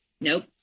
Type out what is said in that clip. Nope